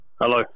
Hello